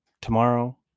tomorrow